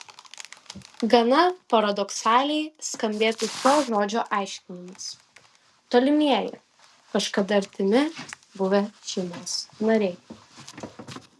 gana paradoksaliai skambėtų šio žodžio aiškinimas tolimieji kažkada artimi buvę šeimos nariai